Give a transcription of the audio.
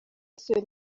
yasuwe